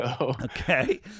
Okay